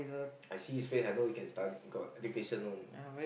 I see his face I know he can study got education one